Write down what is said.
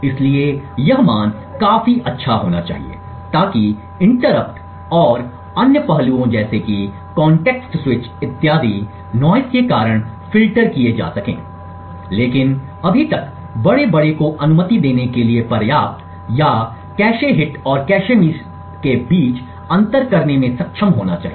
इसलिए यह मान काफी अच्छा होना चाहिए ताकि इंटरप्ट और अन्य पहलुओं जैसे कि कांटेक्ट स्विच इत्यादि नोआईज के कारण फ़िल्टर किया जा सके लेकिन अभी तक बड़े बड़े को अनुमति देने के लिए पर्याप्त या कैश हिट और कैश मिस के बीच अंतर करने में सक्षम होना चाहिए